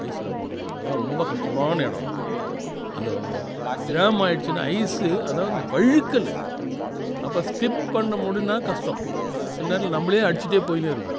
ஐஸ்ஸில் போகணுனாக்கா அதான் ரொம்ப கஸ்டமான இடம் அது அந்த ஒ ஜாம் ஆகிடுச்சுன்னா ஐஸ் அதாவது வழுக்கல் அப்போ ஸ்கிப் பண்ண முடின்னா கஸ்டம் அதில் சில நேரத்தில் நம்மளே அடிச்சிகிட்டே போய்ன்னே இருக்கும்